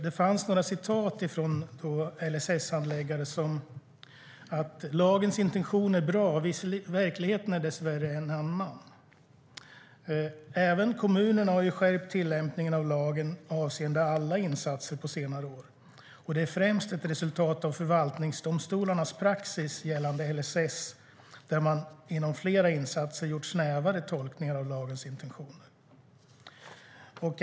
De hade några citat från LSS-handläggare: "Lagens intention är bra - verkligheten är dessvärre en annan." "Även kommunerna har ju skärpt tillämpningen av lagen, avseende alla insatser, på senare år. Detta är ju främst ett resultat av förvaltningsdomstolarnas praxis gällande LSS, där man inom flera insatser gjort snävare tolkningar av lagens intentioner."